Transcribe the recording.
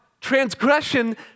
transgression